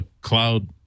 cloud